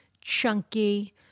chunky